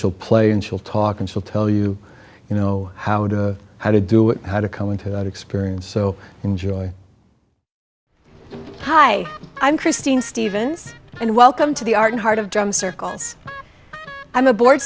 she'll play and she'll talk and she'll tell you you know how to how to do it how to come into that experience so enjoy hi i'm christine stevens and welcome to the art heart of drum circles i'm a board